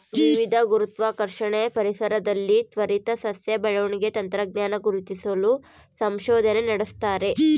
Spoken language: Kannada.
ವಿವಿಧ ಗುರುತ್ವಾಕರ್ಷಣೆಯ ಪರಿಸರದಲ್ಲಿ ತ್ವರಿತ ಸಸ್ಯ ಬೆಳವಣಿಗೆ ತಂತ್ರಜ್ಞಾನ ಗುರುತಿಸಲು ಸಂಶೋಧನೆ ನಡೆಸ್ತಾರೆ